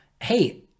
hey